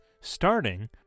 Starting